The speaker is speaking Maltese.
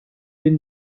lin